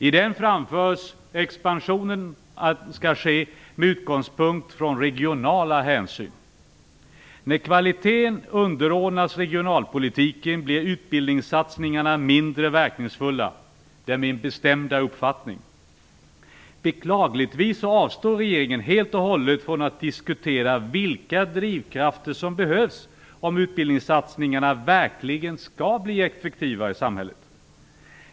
I dem framförs att expansionen skall ske med utgångspunkt från regionala hänsyn. Med kvaliteten underordnad regionalpolitiken blir utbildningssatsningarna mindre verkningsfulla. Det är min bestämda uppfattning. Beklagligtvis avstår regeringen helt och hållet från att diskutera vilka drivkrafter som behövs om utbildningssatsningarna verkligen skall bli effektiva i samhället.